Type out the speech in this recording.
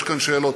יש כאן שאלות.